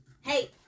Hey